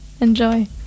Enjoy